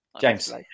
James